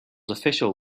official